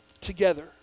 together